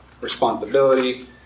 responsibility